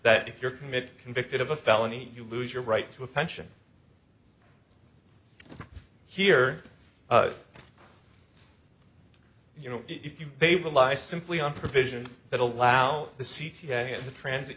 that if you're committed convicted of a felony you lose your right to a pension here you know if you they rely simply on provisions that allow the c t a and the transit